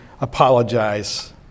apologize